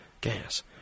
gas